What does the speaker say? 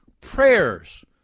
prayers